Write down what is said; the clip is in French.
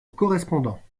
correspondant